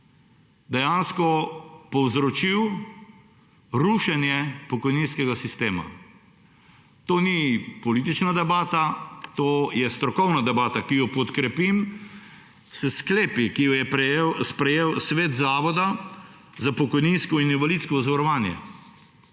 dejansko povzročil rušenje pokojninskega sistema. To ni politična debata, to je strokovna debata, ki jo podkrepim s sklepi, ki jih je sprejel Svet Zavoda za pokojninsko in invalidsko zavarovanje,